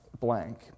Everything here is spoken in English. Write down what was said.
blank